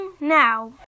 now